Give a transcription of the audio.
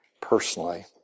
personally